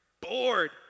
bored